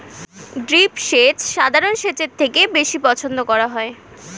drip সেচ সাধারণ সেচের থেকে বেশি পছন্দ করা হয়